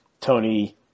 Tony